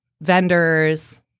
vendors